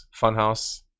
Funhouse